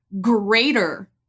greater